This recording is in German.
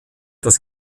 das